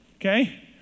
okay